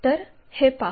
तर हे पाहू